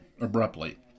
abruptly